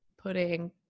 putting